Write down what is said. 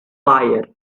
fire